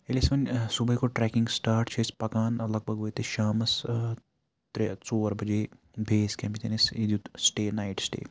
ییٚلہِ أسۍ وَنہِ صُبحٲے کوٚر ٹرٛیکِنٛگ سٹاٹ چھِ أسۍ پَکان لگ بگ وٲتۍ أسۍ شامَس ترٛےٚ ژور بَجے بیس کَمپَس یعنی اَسہِ یہِ دیُت سٹے نایٹ سٹے